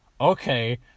Okay